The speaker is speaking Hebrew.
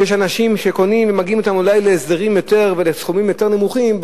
יש אנשים שאולי מגיעים אתם להסדרים או לסכומים יותר נמוכים,